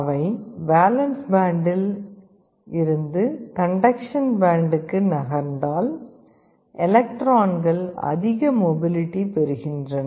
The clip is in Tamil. அவை வேலன்ஸ் பேண்ட்டில் இருந்து கண்டக்க்ஷன் பேண்டுக்கு நகர்ந்தால் எலக்ட்ரான்கள் அதிக மொபிலிடி பெறுகின்றன